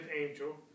angel